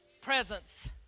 presence